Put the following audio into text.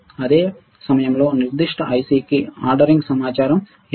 అదే సమయంలో నిర్దిష్ట ఐసికి ఆర్డరింగ్ సమాచారం ఏమిటి